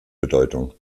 bedeutung